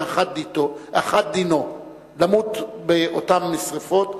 שאחת דינו: למות באותן משרפות.